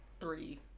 Three